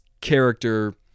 character